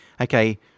okay